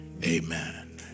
Amen